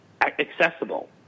accessible